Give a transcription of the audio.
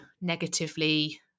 negatively